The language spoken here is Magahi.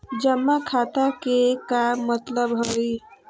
जमा खाता के का मतलब हई?